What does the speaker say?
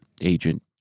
agent